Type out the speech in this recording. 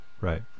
Right